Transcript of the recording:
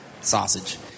sausage